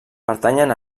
pertanyen